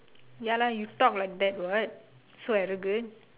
ya lah you talk like that what so arrogant